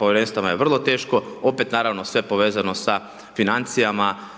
Povjerenstava je vrlo teško, opet naravno, sve povezano sa financijama